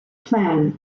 plan